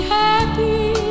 happy